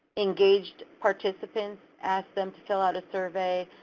engaged participants, ask them to fill out a survey